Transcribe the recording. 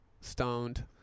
stoned